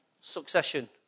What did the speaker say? succession